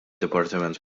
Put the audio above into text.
dipartiment